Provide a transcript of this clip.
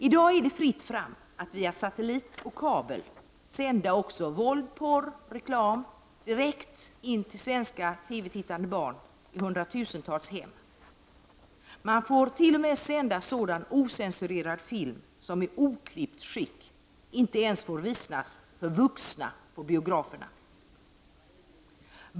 I dag är det fritt fram att via satellit och kabel även sända våld, porr och reklam direkt till svenska TV-tittande barn i hundratusentals hem. Man får t.o.m. sända sådan ocensurerad film som inte ens i oklippt skick får visas för vuxna på biograferna.